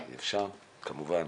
ידידי,